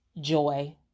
joy